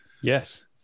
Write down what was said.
Yes